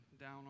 down